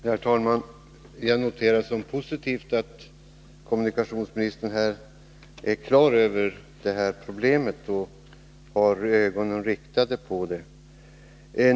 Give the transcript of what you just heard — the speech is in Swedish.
Herr talman! Jag noterar som positivt att kommunikationsministern är på det klara med problemet och har ögonen på det.